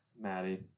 Maddie